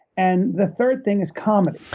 and the third thing is comedy.